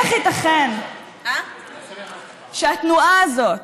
איך ייתכן שהתנועה הזאת,